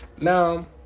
now